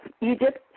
Egypt